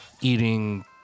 eating